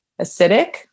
acidic